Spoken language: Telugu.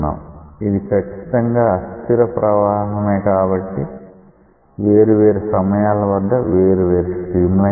ఇది ఖచ్చితంగా అస్థిర ప్రవాహమే కాబట్టి వేరు వేరు సమయాల వద్ద వేరు వేరు స్ట్రీమ్ లైన్స్ ఉంటాయి